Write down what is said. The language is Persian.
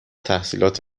تحصیلات